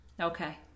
Okay